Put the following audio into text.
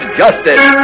justice